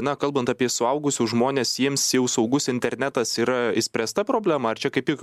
na kalbant apie suaugusius žmones jiems jau saugus internetas yra išspręsta problema ar čia kaip tik